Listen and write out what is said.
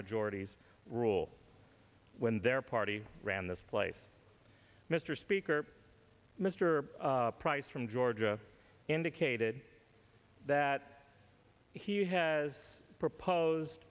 majorities rule when their party ran this place mr speaker mr price from georgia indicated that he has proposed